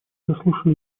заслушали